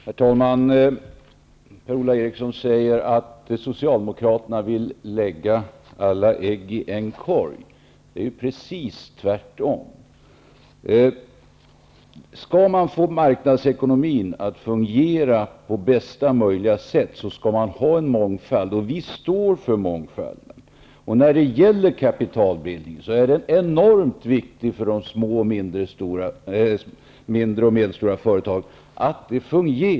Herr talman! Per-Ola Eriksson säger att Socialdemokraterna vill lägga alla ägg i en korg. Det är precis tvärtom. Skall man få marknadsekonomin att fungera på bästa möjliga sätt, skall man ha en mångfald, och vi står för mångfalden. Att kapitalbildningen fungerar är enormt viktigt för de mindre och medelstora företagen.